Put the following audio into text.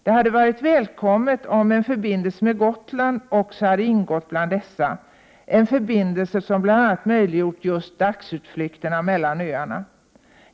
Det hade varit välkommet om en förbindelse med Gotland också hade ingått bland dessa attraktioner — en förbindelse som bl.a. skulle möjliggöra dagsutflykter mellan öarna.